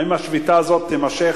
האם השביתה הזאת תימשך?